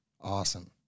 Awesome